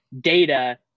data